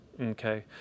Okay